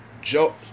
Joe